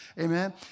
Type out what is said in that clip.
Amen